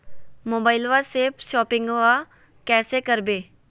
मोबाइलबा से शोपिंग्बा कैसे करबै?